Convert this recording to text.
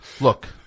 Look